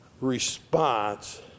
response